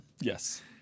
Yes